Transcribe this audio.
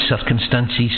circumstances